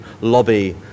lobby